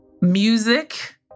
Music